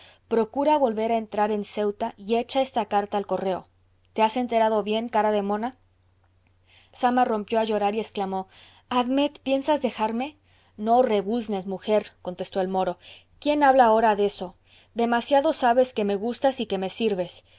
procura volver a entrar en ceuta y echa esta carta al correo te has enterado bien cara de mona zama rompió a llorar y exclamó admet piensas dejarme no rebuznes mujer contestó el moro quién habla ahora de eso demasiado sabes que me gustas y que me sirves